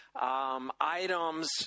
Items